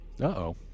Uh-oh